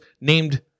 named